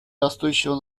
растущего